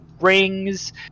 rings